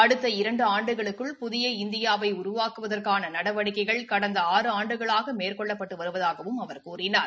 அடுத்த இரண்டு ஆண்டுகளுக்குள் புதிய இந்தியாவை உருவாக்குவதற்கான நடவடிக்கைகள் கடந்த ஆறு ஆண்டுகளாக மேற்கொள்ளப்பட்டு வருவதாகவும் அவர் கூறினார்